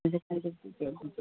ꯍꯧꯖꯤꯛ candy packet packet